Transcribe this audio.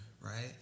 right